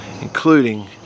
including